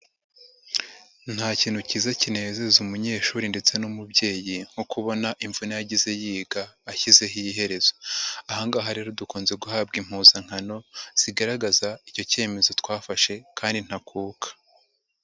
Nta kintu kiza kinezeza umunyeshuri ndetse n'umubyeyi nko kubona imvune yagize yiga ashyizeho iherezo. Aha ngaha rero dukunze guhabwa impuzankano zigaragaza icyo kemezo twafashe kandi ntakuka.